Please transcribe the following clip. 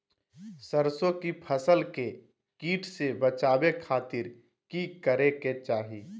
सरसों की फसल के कीट से बचावे खातिर की करे के चाही?